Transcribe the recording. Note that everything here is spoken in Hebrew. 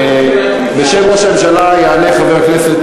בשם ראש הממשלה יעלה חבר הכנסת,